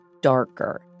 darker